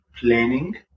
planning